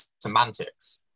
semantics